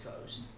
coast